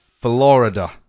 Florida